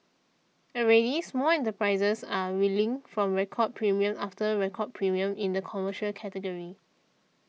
already small enterprises are reeling from record premium after record premium in the commercial category